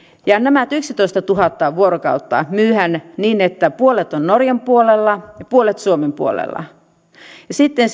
ja nämä yksitoistatuhatta vuorokautta myydään niin että puolet on norjan puolella ja puolet suomen puolella ja sitten